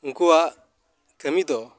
ᱩᱱᱠᱩᱣᱟᱜ ᱠᱟᱹᱢᱤ ᱫᱚ